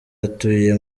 atuye